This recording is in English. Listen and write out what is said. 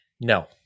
No